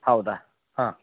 ಹೌದಾ ಹಾಂ